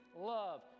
love